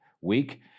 Week